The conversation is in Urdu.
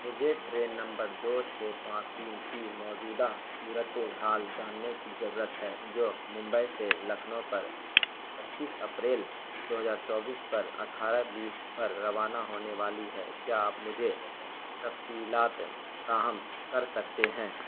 مجھے ٹرین نمبر دو چھ پانچ تین کی موجودہ صورتحال جاننے کی ضرورت ہے جو ممبئی سے لکھنؤ پر پچیس اپریل دو ہزار چوبیس پر اٹھارہ بیس پر روانہ ہونے والی ہے کیا آپ مجھے تفصیلات فراہم کر سکتے ہیں